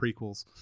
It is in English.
prequels